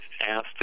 asked